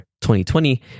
2020